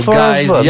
guys